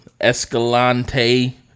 escalante